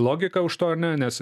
logika už to ar ne nes